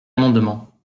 amendement